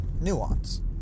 nuance